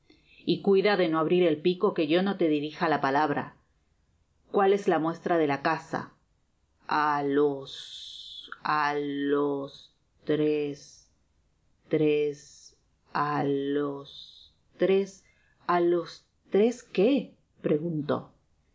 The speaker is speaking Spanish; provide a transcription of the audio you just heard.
y cuida de no abrir el pico que yo no te dirija la palabra cuál es la muestra de la casa a l o s á los t r e s tres á los lres á los tres que preguntó